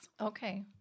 okay